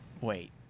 wait